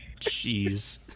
Jeez